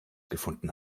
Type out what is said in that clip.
gefunden